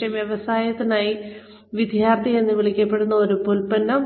പക്ഷേ വ്യവസായത്തിനായി വിദ്യാർത്ഥി എന്ന് വിളിക്കപ്പെടുന്ന ഒരു ഉൽപ്പന്നം